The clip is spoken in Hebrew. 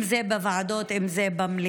אם זה בוועדות, אם זה במליאה.